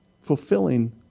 fulfilling